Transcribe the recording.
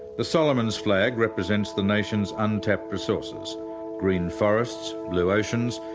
the solomons flag represents the nation's untapped resources green forests, blue oceans,